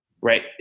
right